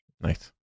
Nice